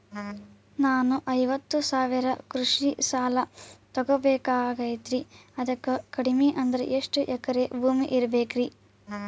ನಾನು ಐವತ್ತು ಸಾವಿರ ಕೃಷಿ ಸಾಲಾ ತೊಗೋಬೇಕಾಗೈತ್ರಿ ಅದಕ್ ಕಡಿಮಿ ಅಂದ್ರ ಎಷ್ಟ ಎಕರೆ ಭೂಮಿ ಇರಬೇಕ್ರಿ?